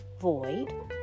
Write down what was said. void